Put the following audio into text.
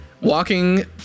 walking